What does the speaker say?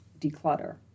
declutter